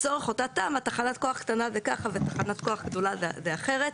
לצורך אותה תמ"א תחנת כוח קטנה זה ככה ותחנת כוח גדולה זה אחרת.